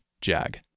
jag